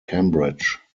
cambridge